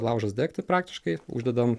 laužas degti praktiškai uždedam